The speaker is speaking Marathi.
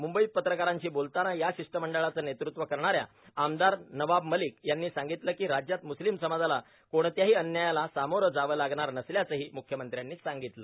मुंबईत पत्रकारांशी बोलताना या शिष्टमंडळाचं नेतृत्व करणा या आमदार नबाब मलिक यांनी सांगितलं की राज्यात मुस्लिम समाजाला कोणत्याही अन्यायाला सामोर जावं लागणार नसल्याचं मुख्यमंत्र्यांनी सांगितलं